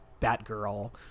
Batgirl